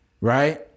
Right